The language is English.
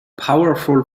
powerful